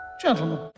Gentlemen